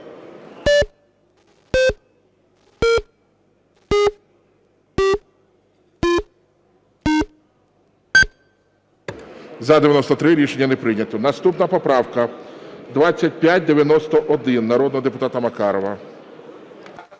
За-93 Рішення не прийнято. Наступна поправка 2591, народного депутата Макарова.